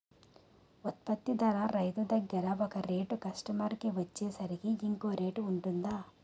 ఉత్పత్తి ధర రైతు దగ్గర ఒక రేట్ కస్టమర్ కి వచ్చేసరికి ఇంకో రేట్ వుంటుందా?